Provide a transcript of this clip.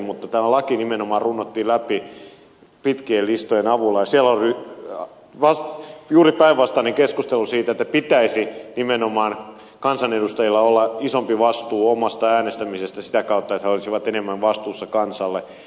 mutta tämä laki nimenomaan runnottiin läpi pitkien listojen avulla ja siellä oli juuri päinvastainen keskustelu että pitäisi nimenomaan kansanedustajilla olla isompi vastuu omasta äänestämisestä sitä kautta että he olisivat enemmän vastuussa kansalle